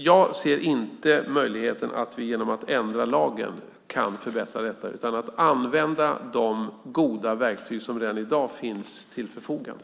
Jag ser inte möjligheten att vi genom att ändra lagen kan förbättra detta. I stället ska vi använda de goda verktyg som redan i dag finns till förfogande.